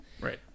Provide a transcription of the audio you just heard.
right